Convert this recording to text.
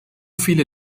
viele